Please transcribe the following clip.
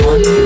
One